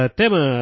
tema